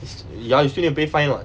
it's ya you still need to pay fine [what]